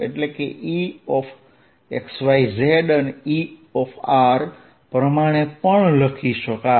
એટલે કે Exyz અને E પ્રમાણે પણ લખી શકાય